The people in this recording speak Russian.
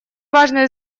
важные